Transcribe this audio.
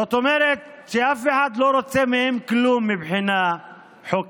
זאת אומרת שאף אחד לא רוצה מהם כלום מבחינה חוקית.